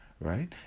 Right